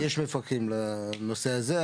יש מפקחים לנושא הזה.